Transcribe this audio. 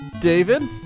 David